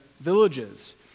villages